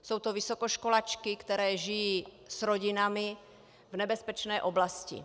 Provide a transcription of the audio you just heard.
Jsou to vysokoškolačky, které žijí s rodinami v nebezpečné oblasti.